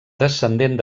descendent